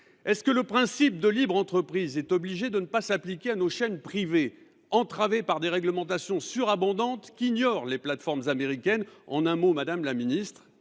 coûte »? Le principe de libre entreprise est il obligatoirement destiné à ne pas s’appliquer à nos chaînes privées, entravées par des réglementations surabondantes qu’ignorent les plateformes américaines ? En un mot, madame la ministre,